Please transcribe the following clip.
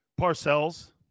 Parcells